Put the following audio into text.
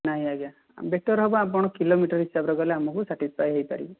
ନାହିଁ ଆଜ୍ଞା ବେଟର୍ ହେବ ଆପଣ କିଲୋମିଟର୍ ହିସାବରେ ଗଲେ ଆମକୁ ସାଟିସ୍ଫାଏ ହୋଇପାରିବୁ